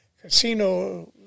Casino